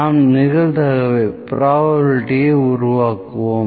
நாம் நிகழ்தகவை உருவாக்குவோம்